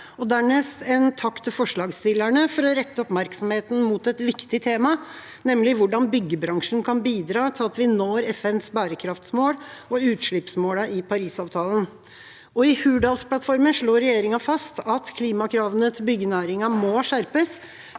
og dernest takke forslagsstillerne for at de retter oppmerksomheten mot et viktig tema, nemlig hvordan byggebransjen kan bidra til at vi når FNs bærekraftsmål og utslippsmålene i Parisavtalen. I Hurdalsplattformen slår regjeringa fast at klimakravene til byggenæringen må skjerpes,